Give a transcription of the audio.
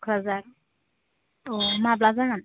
क'क्राझार अ माब्ला जागोन